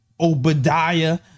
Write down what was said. Obadiah